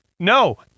No